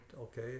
okay